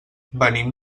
venim